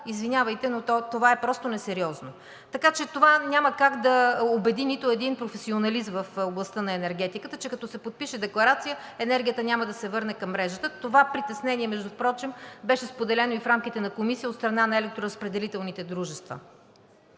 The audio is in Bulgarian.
извинявайте, но това е просто несериозно. Така че това няма как да убеди нито един професионалист в областта на енергетиката, че като се подпише декларация, енергията няма да се върне към мрежата. Това притеснение впрочем беше споделено и в рамките на Комисията от страна на електроразпределителните дружества,